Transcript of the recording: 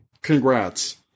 congrats